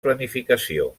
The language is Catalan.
planificació